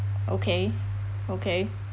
okay okay